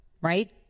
right